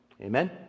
Amen